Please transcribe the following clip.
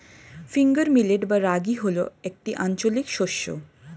finger millet বা রাগী হল একটি আঞ্চলিক শস্য